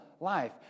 life